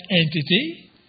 entity